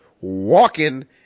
walking